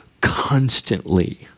constantly